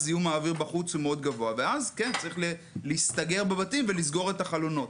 זיהום האוויר בחוץ מאוד גבוה וצריך להסתגר בבתים ולסגור את החלונות.